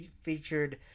featured